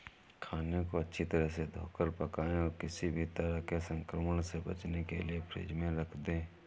खाने को अच्छी तरह से धोकर पकाएं और किसी भी तरह के संक्रमण से बचने के लिए फ्रिज में रख दें